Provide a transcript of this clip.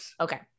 Okay